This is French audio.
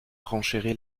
renchérit